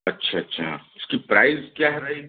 अच्छा अच्छा उसकी प्राइज़ क्या रहेगी